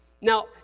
Now